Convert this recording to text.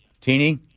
Teeny